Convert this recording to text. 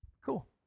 Cool